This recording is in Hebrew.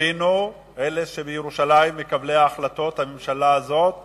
הבינו מקבלי ההחלטות בממשלה הזאת בירושלים,